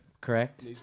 Correct